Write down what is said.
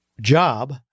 job